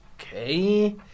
Okay